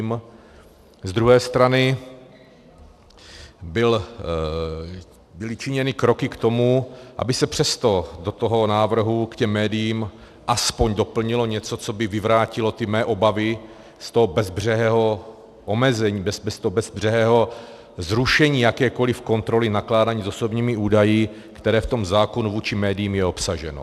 Z druhé strany byly činěny kroky k tomu, aby se přesto do toho návrhu k těm médiím aspoň doplnilo něco, co by vyvrátilo ty mé obavy z toho bezbřehého omezení, bez toho bezbřehého zrušení jakékoliv kontroly nakládání s osobními údaji, které v tom zákonu vůči médiím je obsaženo.